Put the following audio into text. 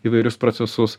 įvairius procesus